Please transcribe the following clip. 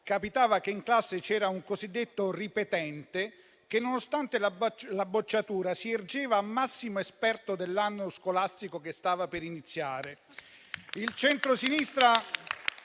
capitava che in classe ci fosse un cosiddetto ripetente, che, nonostante la bocciatura, si ergeva a massimo esperto dell'anno scolastico che stava per iniziare.